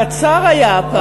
קצר היה הפעם.